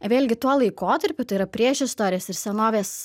vėlgi tuo laikotarpiu tai yra priešistorės ir senovės